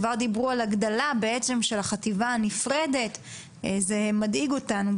כבר דיברו על הגדלה של חטיבה נפרדת וזה מדאיג אותנו.